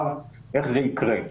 איך זה יקרה?